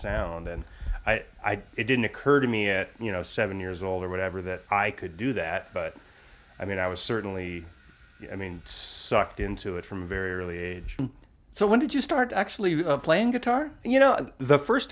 sound and i didn't it didn't occur to me at you know seven years old or whatever that i could do that but i mean i was certainly i mean sucked into it from very early age so when did you start actually playing guitar you know the first